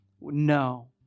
No